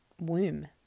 womb